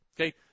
Okay